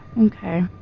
Okay